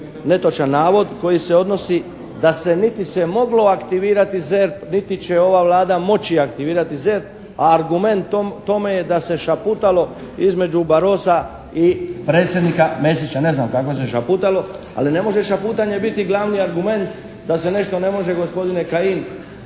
netočan navod koji se odnosi da se niti se je moglo aktivirati ZERP niti će ova Vlada moći aktivirati ZERP. A argument tome je da se šaputalo između Barrosa i predsjednika Mesića. Ne znam kako se šaputalo, ali ne može šaputanje biti glavni argument da se nešto ne može gospodine Kajin